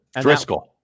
Driscoll